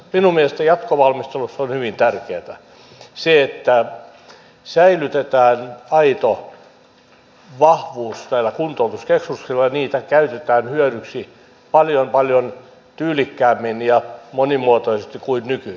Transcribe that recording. minun mielestäni jatkovalmisteluissa on hyvin tärkeätä se että säilytetään aito vahvuus näillä kuntoutuskeskuksilla käytetään niitä hyödyksi paljon paljon tyylikkäämmin ja monimuotoisemmin kuin nykyisin